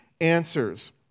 answers